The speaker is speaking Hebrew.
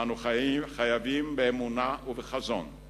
אנו חייבים באמונה ובחזון,